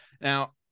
Now